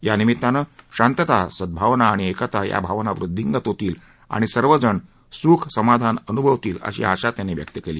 या निमित्तानं शांतता सद्भावना आणि एकता या भावना वृद्धींगत होतील आणि सर्वजण सुख समाधान अनुभवतील अशी आशा त्यांनी व्यक्त केली